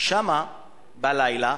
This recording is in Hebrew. שמה בלילה